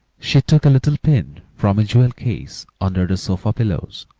she took a little pin from a jewel-case under the sofa pillows,